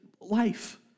life